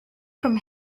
from